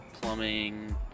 plumbing